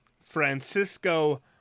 Francisco